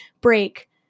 break